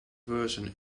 version